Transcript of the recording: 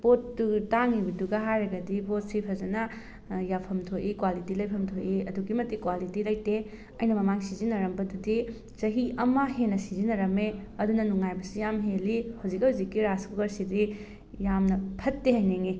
ꯄꯣꯠꯇꯨ ꯇꯥꯡꯉꯤꯕꯗꯨꯒ ꯍꯥꯏꯔꯒꯗꯤ ꯄꯣꯠꯁꯤ ꯐꯖꯅ ꯌꯥꯐꯝ ꯊꯣꯛꯏ ꯀ꯭ꯋꯥꯂꯤꯇꯤ ꯂꯩꯐꯝ ꯊꯣꯛꯏ ꯑꯗꯨꯛꯀꯤ ꯃꯇꯤꯛ ꯀ꯭ꯋꯥꯂꯤꯇꯤ ꯂꯩꯇꯦ ꯑꯩꯅ ꯃꯃꯥꯡ ꯁꯤꯖꯤꯟꯅꯔꯝꯕꯗꯨꯗꯤ ꯆꯍꯤ ꯑꯃ ꯍꯦꯟꯅ ꯁꯤꯖꯤꯟꯅꯔꯝꯃꯦ ꯑꯗꯨꯅ ꯅꯨꯡꯉꯥꯏꯕꯁꯨ ꯌꯥꯝ ꯍꯦꯜꯂꯤ ꯍꯧꯖꯤꯛ ꯍꯧꯖꯤꯛꯀꯤ ꯔꯥꯏꯁ ꯀꯨꯀꯔꯁꯤꯗꯤ ꯌꯥꯝꯅ ꯐꯠꯇꯦ ꯍꯥꯏꯅꯤꯡꯉꯤ